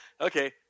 okay